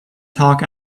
talk